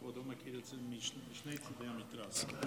אדוני מכיר את זה משני צידי המתרס.